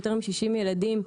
יותר מ-60 ילדים,